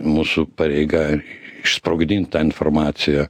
mūsų pareiga išsprogdint tą informaciją